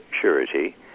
surety